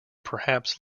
perhaps